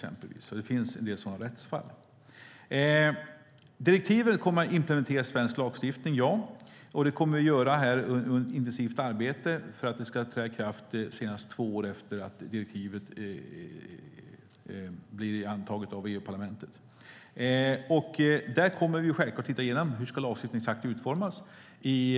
Det finns en del sådana rättsfall. Direktivet kommer att implementeras i svensk lagstiftning. Vi kommer att bedriva ett intensivt arbete för att det ska träda i kraft senast två år efter att direktivet är antaget av EU-parlamentet. Vi kommer självklart att titta igenom hur lagstiftningen ska utformas exakt.